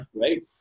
right